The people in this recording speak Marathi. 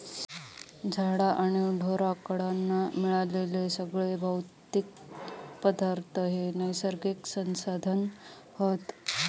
झाडा आणि ढोरांकडना मिळणारे सगळे भौतिक पदार्थ हे नैसर्गिक संसाधन हत